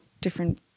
different